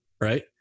Right